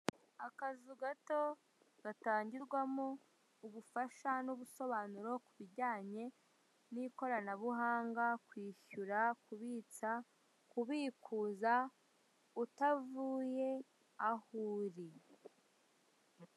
Akazu gato gatangirwamo ubufasha n'ubusobanuro ku bijyanye n'ikoranabuhanga, kwishyura, kubitsa, kubikuza, utavuye aho uri.